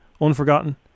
Unforgotten